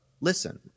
listen